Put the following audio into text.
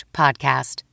podcast